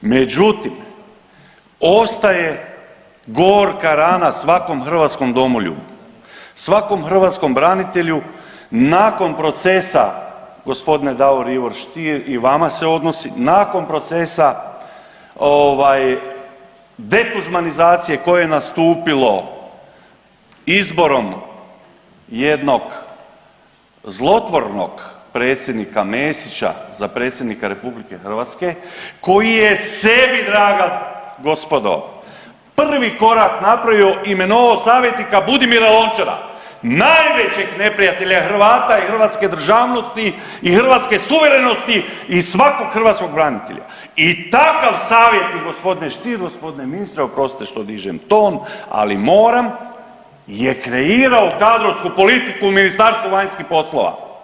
Međutim, ostaje gorka rana svakom hrvatskom domoljubu, svakom hrvatskom branitelju nakon procesa, gospodine Davor Ivo Stier i vama se odnosi, nakon procesa ovaj detuđmanizacije koje je nastupilo izborom jednog zlotvornog predsjednika Mesića za predsjednika RH koji je sebi draga gospodo prvi korak napravio imenovao savjetnika Budimira Lončara, najvećeg neprijatelja Hrvata i hrvatske državnosti i hrvatske suverenosti i svakog hrvatskog branitelja i takav savjetnik g. Stier i g. ministre, oprostite što dižem ton ali moram, je kreirao kadrovsku politiku u Ministarstvu vanjskih poslova.